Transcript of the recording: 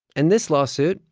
and this lawsuit,